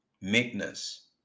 meekness